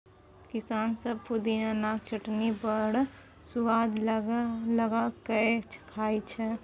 किसान सब पुदिनाक चटनी बड़ सुआद लगा कए खाइ छै